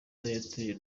yateye